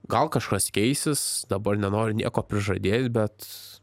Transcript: gal kažkas keisis dabar nenoriu nieko prižadėti bet